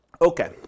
Okay